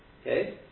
okay